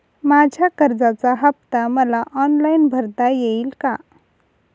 माझ्या कर्जाचा हफ्ता मला ऑनलाईन भरता येईल का?